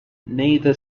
neither